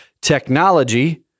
technology